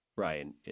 Ryan